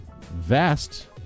Vest